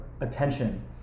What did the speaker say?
attention